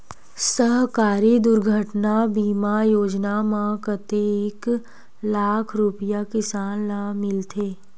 सहकारी दुर्घटना बीमा योजना म कतेक लाख रुपिया किसान ल मिलथे?